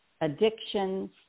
addictions